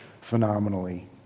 phenomenally